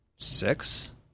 Six